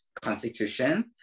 constitution